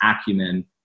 acumen